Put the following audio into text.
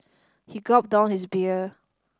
he gulped down his beer